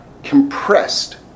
compressed